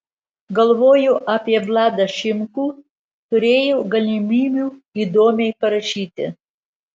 galvojo apie vladą šimkų turėjo galimybių įdomiai parašyti